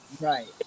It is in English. Right